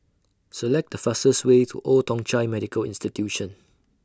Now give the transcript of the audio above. Select The fastest Way to Old Thong Chai Medical Institution